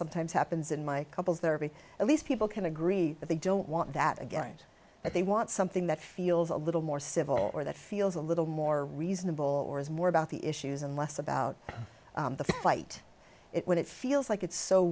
sometimes happens in my couples therapy at least people can agree that they don't want that again and that they want something that feels a little more civil or that feels a little more reasonable or is more about the issues and less about the fight it when it feels like it's so